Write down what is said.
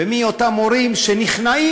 ומי אותם הורים שנכנעים,